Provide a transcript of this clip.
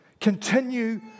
continue